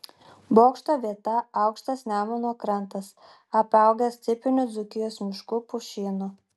bokšto vieta aukštas nemuno krantas apaugęs tipiniu dzūkijos mišku pušynu